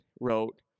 wrote